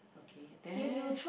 okay there